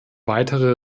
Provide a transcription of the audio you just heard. weitere